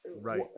Right